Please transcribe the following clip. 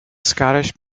scottish